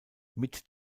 mit